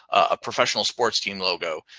a professional sports team logo,